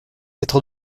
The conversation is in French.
être